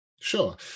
Sure